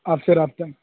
آپ سے رابطہ